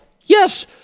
Yes